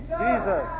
Jesus